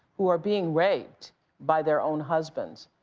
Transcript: who are being raped by their own husbands,